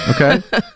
Okay